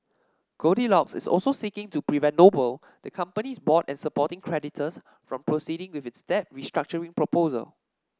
goldilocks is also seeking to prevent Noble the company's board and supporting creditors from proceeding with its debt restructuring proposal